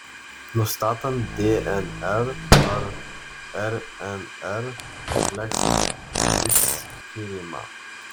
nustatant dnr ar rnr kompleksų išskyrimą